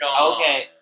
okay